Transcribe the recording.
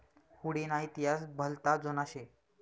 हुडी ना इतिहास भलता जुना शे